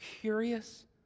curious